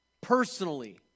personally